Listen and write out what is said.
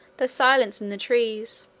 the silence in the trees.